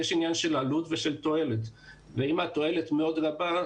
יש עניין של עלות ושל תועלת ואם התועלת מאוד רבה,